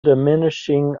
diminishing